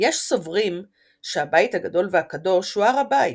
יש סוברים ש"הבית הגדול והקדוש" הוא הר הבית,